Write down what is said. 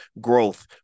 growth